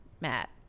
Matt